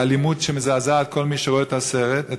באלימות שמזעזעת כל מי שרואה את הסרטון.